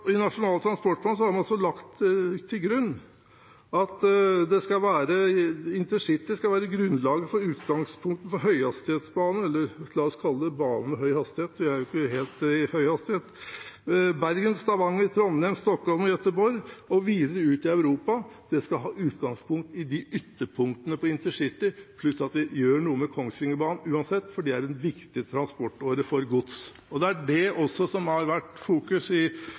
I Nasjonal transportplan har man altså lagt til grunn at InterCity skal være grunnlaget og utgangspunktet for høyhastighetsbane – eller la oss kalle det bane med høy hastighet, det er jo ikke helt høyhastighet. Bergen, Stavanger, Trondheim, Stockholm og Göteborg og videre ut i Europa skal ha utgangspunkt i ytterpunktene på InterCity, pluss at man gjør noe med Kongsvingerbanen, uansett, for det er en viktig transportåre for gods. Det er også det som har vært i fokus i